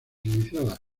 iniciada